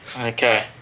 Okay